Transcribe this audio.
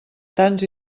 tants